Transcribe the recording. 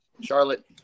Charlotte